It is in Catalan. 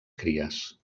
cries